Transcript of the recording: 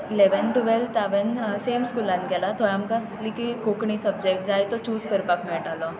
eleventh twelfth हांवें same स्कुलांत केलां थंय आमकां आसलें की कोंकणी सबजेक्ट जाय तो चूज करपाक मेळटालो